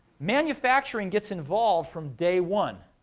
manufacturing gets involved from day one.